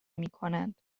میکنند